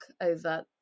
over